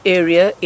area